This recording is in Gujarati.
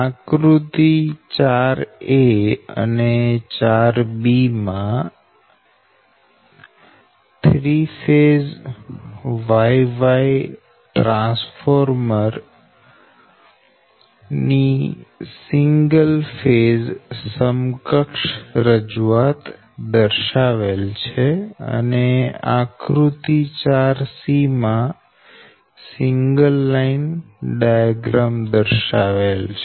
આકૃતિ 4 અને 4 માં 3 ફેઝ Y Y ટ્રાન્સફોર્મર ની સિંગલ ફેઝ સમકક્ષ રજૂઆત દર્શાવેલ છે અને આકૃતિ 4 માં સિંગલ લાઈન ડાયાગ્રામ દર્શાવેલ છે